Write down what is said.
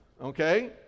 okay